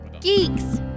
Geeks